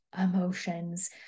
emotions